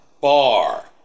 bar